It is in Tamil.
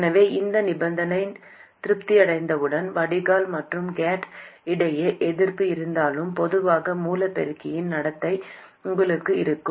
எனவே இந்த நிபந்தனை திருப்தியடைந்தவுடன் வடிகால் மற்றும் கேட் இடையே எதிர்ப்பு இருந்தாலும் பொதுவான மூல பெருக்கியின் நடத்தை உங்களுக்கு இருக்கும்